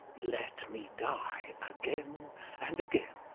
let me die again and again!